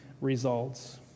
results